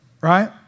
right